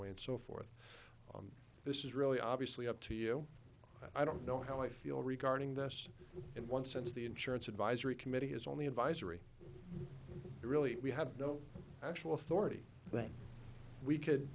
away and so forth and this is really obviously up to you i don't know how i feel regarding the us in one sense the insurance advisory committee has only advisory really we have no actual authority that we could